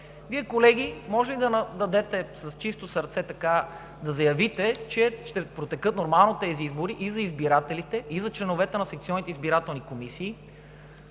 Вие, колеги, можете ли да дадете, с чисто сърце да заявите, че ще протекат нормално тези избори и за избирателите, и за членовете на секционните избирателни комисии?